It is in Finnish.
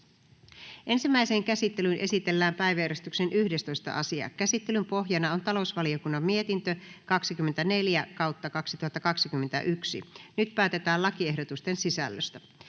Ensimmäiseen käsittelyyn esitellään päiväjärjestyksen 14. asia. Käsittelyn pohjana on sivistysvaliokunnan mietintö SiVM 9/2021 vp. Nyt päätetään lakiehdotuksen sisällöstä.